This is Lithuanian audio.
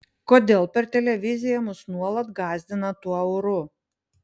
kodėl per televiziją mus nuolat gąsdina tuo euru